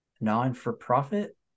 non-for-profit